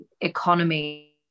economy